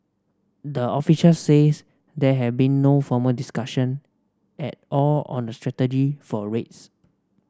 the officials says there have been no formal discussion at all on a strategy for rates